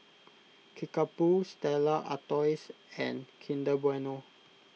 Kickapoo Stella Artois and Kinder Bueno